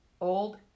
old